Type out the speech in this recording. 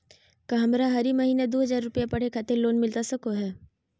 का हमरा हरी महीना दू हज़ार रुपया पढ़े खातिर लोन मिलता सको है?